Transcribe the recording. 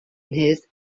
his